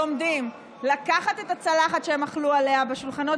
לומדים לקחת את הצלחת שהם אכלו בה בשולחנות